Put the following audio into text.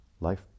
life